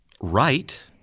right